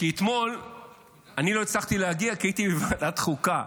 כי אתמול אני לא הצלחתי להגיע כי הייתי בוועדת חוקה.